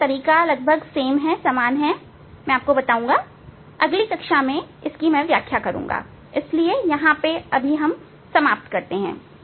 तरीका लगभग समान है मैं आपको बताऊंगा मैं अगली कक्षा में इसकी व्याख्या करूंगा इसलिए मैं यहां समाप्त करता हूं